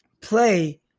play